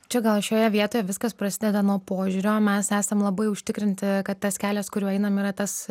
čia gal šioje vietoje viskas prasideda nuo požiūrio mes esam labai užtikrinti kad tas kelias kuriuo einam yra tas